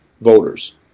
voters